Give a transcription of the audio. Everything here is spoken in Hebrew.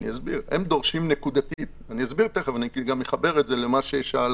אני תכף אסביר ואני גם אחבר את זה לשאלת